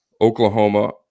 Oklahoma